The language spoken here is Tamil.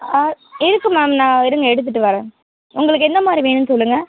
ஆ இருக்குது மேம் நான் இருங்கள் எடுத்துட்டு வர்றேன் உங்களுக்கு எந்த மாதிரி வேணும்ன்னு சொல்லுங்கள்